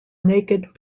naked